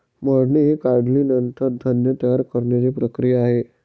मळणी ही काढणीनंतर धान्य तयार करण्याची प्रक्रिया आहे